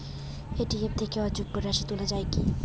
ATM থেকে অযুগ্ম রাশি তোলা য়ায় কি?